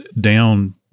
down